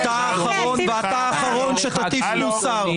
אתה האחרון שתטיף מוסר.